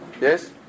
Yes